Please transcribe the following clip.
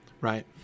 Right